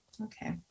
Okay